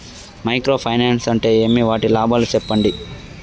Micro finance అంటే ఏమి? వాటి లాభాలు సెప్పండి?